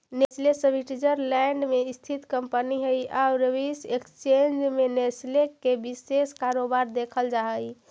Nestle Switzerland में स्थित company हइ आउ स्विस एक्सचेंज में नेस्ले के विशेष कारोबार देखल जा हइ